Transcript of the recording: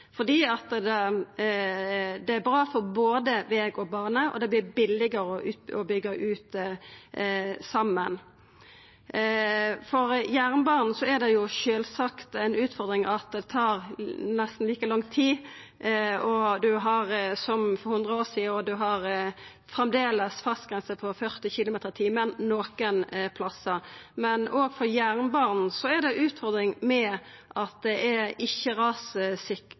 fordi det er bra for både veg og bane, og det vert billigare å byggja det ut saman. For jernbanen er det sjølvsagt ei utfordring at det tar nesten like lang tid som for hundre år sidan. Ein har framleis fartsgrense på 40 km/t nokre plassar. Men for jernbanen er det òg utfordringar med at det ikkje er rassikre traséar, og det er vel berre flaks som har gjort at det ikkje